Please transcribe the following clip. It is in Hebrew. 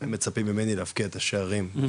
מצפים ממני להבקיע את השערים,